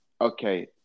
Okay